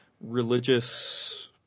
religious